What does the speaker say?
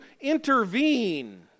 intervene